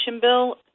bill